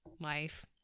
life